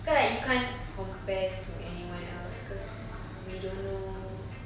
kan you can't compare to anyone else because we don't know